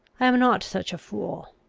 i am not such a fool.